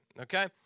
okay